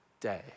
day